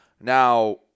Now